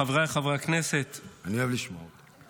חבריי חברי הכנסת -- אני אוהב לשמוע אותו,